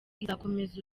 izakomeza